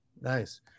Nice